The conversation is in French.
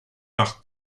par